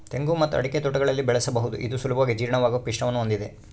ತೆಂಗು ಮತ್ತು ಅಡಿಕೆ ತೋಟಗಳಲ್ಲಿ ಬೆಳೆಸಬಹುದು ಇದು ಸುಲಭವಾಗಿ ಜೀರ್ಣವಾಗುವ ಪಿಷ್ಟವನ್ನು ಹೊಂದಿದೆ